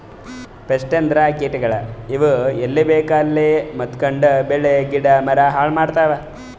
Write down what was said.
pest ಅಂದ್ರ ಕೀಟಗೋಳ್, ಇವ್ ಎಲ್ಲಿ ಬೇಕಾಗಲ್ಲ ಅಲ್ಲೇ ಮೆತ್ಕೊಂಡು ಬೆಳಿ ಗಿಡ ಮರ ಹಾಳ್ ಮಾಡ್ತಾವ್